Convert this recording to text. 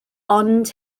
ond